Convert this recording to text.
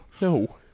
No